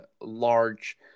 large